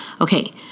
Okay